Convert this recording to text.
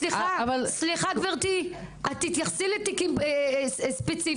סליחה גבירתי, את תתייחסי לתיקים ספציפיים.